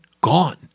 gone